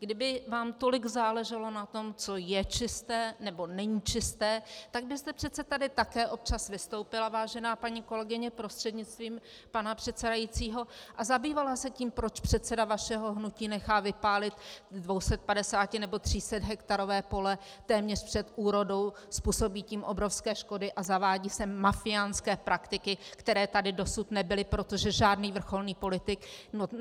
Kdyby vám tolik záleželo na tom, co je čisté nebo není čisté, tak byste přece tady také občas vystoupila, vážená paní kolegyně prostřednictvím pana předsedajícího, a zabývala se tím, proč předseda vašeho hnutí nechá vypálit 250 nebo 300hektarové pole téměř před úrodou, způsobí tím obrovské škody a zavádí sem mafiánské praktiky, které tady dosud nebyly, protože žádný vrcholný politik